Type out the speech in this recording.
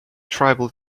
tribal